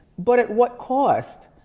but at what cost?